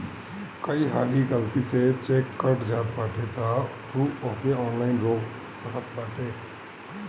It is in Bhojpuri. कई हाली गलती से चेक कट जात बाटे तअ तू ओके ऑनलाइन रोक सकत बाटअ